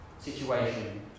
situation